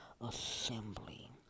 assembly